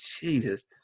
Jesus